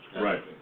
Right